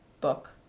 book